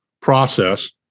process